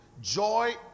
joy